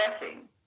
working